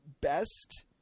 best